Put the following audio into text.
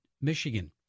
Michigan